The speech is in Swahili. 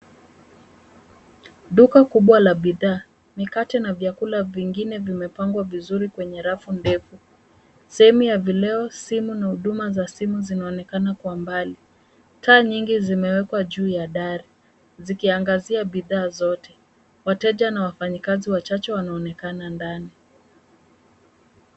Duka kubwa la bidhaa mikate na vyakula vingine vimepangwa vizuri kwenye rafu ndefu. Sehemu ya vileo, simu na huduma za simu zinaonekana kwa mbali. Taa nyingi zimewekwa juu ya dari zikiangazia bidhaa zote. Wateja na wafanyikazi wachache wanaonekana ndani.